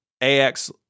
AX